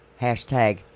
Hashtag